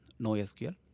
NoSQL